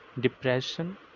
Depression